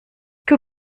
que